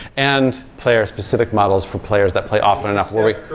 and player-specific models for players that play often enough, where